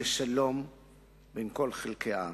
לשלום בין כל חלקי העם.